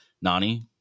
nani